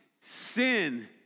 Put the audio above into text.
sin